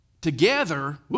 together